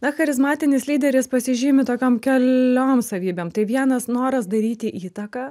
na charizmatinis lyderis pasižymi tokiom keliom savybėm tai vienas noras daryti įtaką